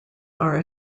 are